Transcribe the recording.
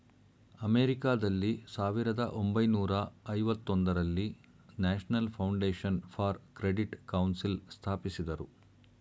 ಅಮೆರಿಕಾದಲ್ಲಿ ಸಾವಿರದ ಒಂಬೈನೂರ ಐವತೊಂದರಲ್ಲಿ National Foundation for Credit Council ಸ್ಥಾಪಿಸಿದರು